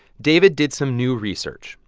david did some new research.